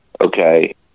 Okay